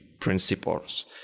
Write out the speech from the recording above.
principles